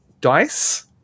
dice